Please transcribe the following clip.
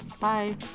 Bye